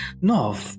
no